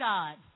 God